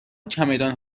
چمدان